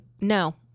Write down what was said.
No